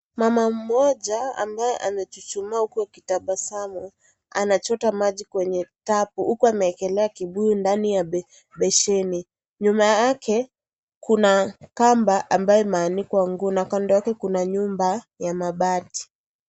Mama mmoja ambaye amechuchuma huku akitabasamu anachota maji kwa tapu huku ameekelea kibuyu ndani ya besheni, nyuma yake kuna kamba ambaye imeanikwa nguo na kando yake kuna nyumba ya mabati.